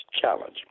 challenge